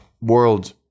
world